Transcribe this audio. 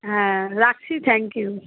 হ্যাঁ রাখছি thank you